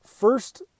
first